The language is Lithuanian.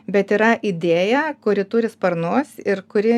bet yra idėja kuri turi sparnus ir kuri